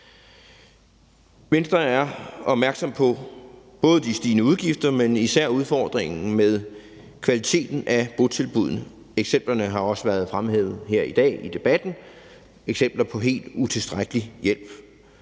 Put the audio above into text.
Venstre er opmærksomme på både de stigende udgifter, men især også udfordringen med kvaliteten af botilbuddene. Eksemplerne på, at der har været en helt utilstrækkelig hjælp,